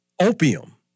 Opium